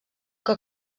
que